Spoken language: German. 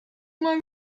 mal